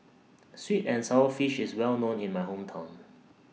Sweet and Sour Fish IS Well known in My Hometown